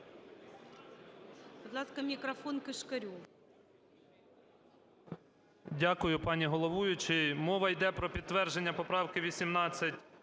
Дякую, пані головуюча. Мова йде про підтвердження поправки 18